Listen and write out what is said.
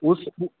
उस उ